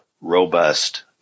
robust